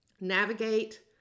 navigate